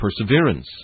perseverance